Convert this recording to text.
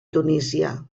tunísia